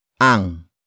Ang